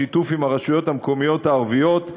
בשיתוף עם הרשויות המקומיות הערביות,